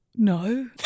No